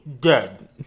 dead